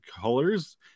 colors